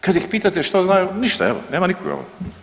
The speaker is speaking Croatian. Kad ih pitate šta znaju, ništa evo, nema nikoga.